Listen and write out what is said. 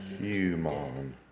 Human